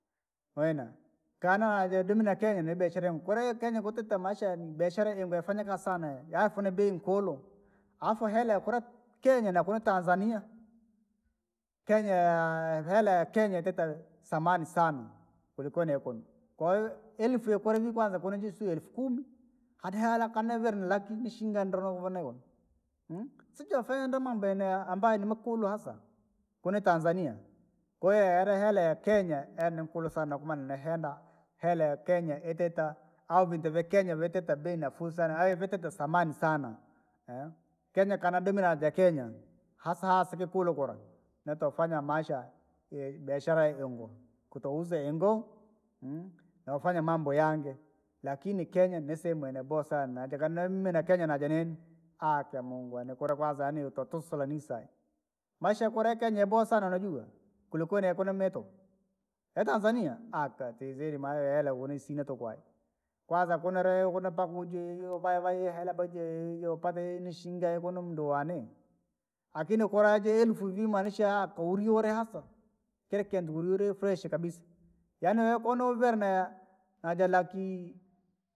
Wena, kaana naja nadamire na kenya nini nibiashara ya ingo, kura kenya kuoatite maisha ya- biasha ya ingo yafanyika sana yaani, halafu ni bei nkuulu, afu hela yakula kenya nakula tanzania. Kenya yaa- hela ya kenya yatitee thamani saana, kulikoni yakuno, kwahiyo elfu ya kura kwanza kunu jisu elfu kumi, hadee kayawire laki ni shinga hela ndrovone ingaze nirikuvaa neyoo kunuu si noo mabo amabyo ni makuulu haswa kunu tanzania, sijui afanya ndo mambo yene ya ambayo nimakulu hasa, kuno tanzania kwahiyo yale hela ya kenya yaani nkulu saana kuvalina nahenda. Hela ya kenya itita, au vintu vyakenya vyatite bei nafuu saana haai vya titile thamani saana, kenya koonadamine na jaa kenya, hasa hasa kikuulu kura, netoofanya maishaye ibiashara ya ingo. kootauza ingo! noofanya mambo yaangi, lakini kenya ni sehemu ye yaboowa saana, jika nadomire na kenya najaa nini, hakiyamungu yaani kula kwanza yaani nototusula niisi. Maisha ya kura kenya yaboowa saana najue, kulikoni yakura miito, ya tanzania maya hela kunisina tuku yaani, kwanza kuno lee kuno pakuji ihela paji jopata nishinge kuno munduu waane. Lakini kura jeeriya elfu vii maanisha je uniye uni haswa, kira kintu uniya uni kabisa.